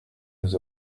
nous